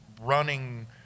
running